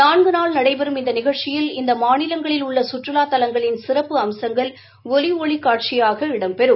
நான்கு நாள் நடைபெறும் இந்த நிகழ்ச்சியில் இந்த மாநிலங்களில் உள்ள கற்றுலா தலங்ளின் சிறப்பு அம்சங்கள் ஒலி ஒளி காட்சியாக இடம்பெறும்